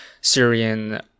Syrian